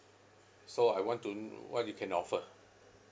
so I want to know what you can offer